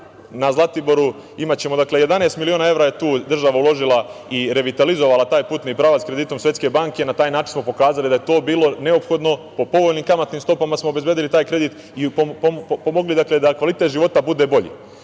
za Zlatiboru, 11 miliona evra je država tu uložila i revitalizovala taj putni pravac kreditom Svetske banke. Na taj način smo pokazali da je to bilo neophodno. Po povoljnim kamatnim stopama smo obezbedili taj kredit i pomogli da kvalitet života bude bolji.